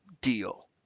deal